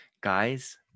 guys